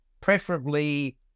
preferably